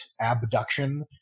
abduction